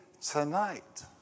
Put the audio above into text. Tonight